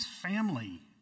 family